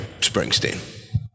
Springsteen